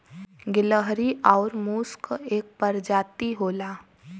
गिलहरी आउर मुस क एक परजाती होला